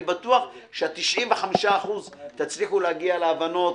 אני בטוח שב-95% תצליחו להגיע להבנות,